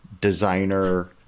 designer